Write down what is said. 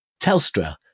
Telstra